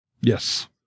Yes